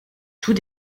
tout